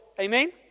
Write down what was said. amen